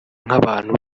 nk’abantu